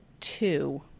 two